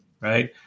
Right